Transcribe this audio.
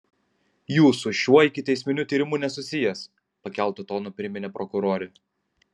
jūs su šiuo ikiteisminiu tyrimu nesusijęs pakeltu tonu priminė prokurorė